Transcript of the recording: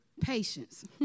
Patience